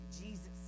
Jesus